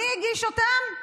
מי הגיש אותן?